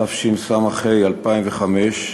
התשס"ה 2005,